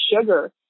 sugar